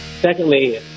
secondly